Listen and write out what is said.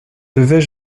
devais